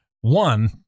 One